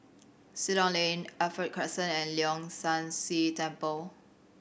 Ceylon Lane Alkaff Crescent and Leong San See Temple